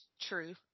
true